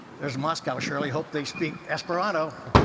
there's moscow, shirley. hope they speak esperanto!